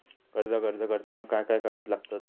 कर्जाक अर्ज करताना काय काय कागद लागतत?